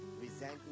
resentment